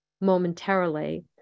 momentarily